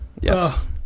Yes